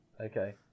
Okay